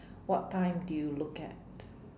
what time do you look at